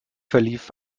verlief